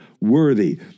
worthy